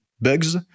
bugs